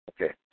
Okay